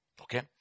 Okay